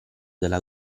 della